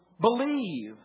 believe